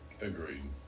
Agreed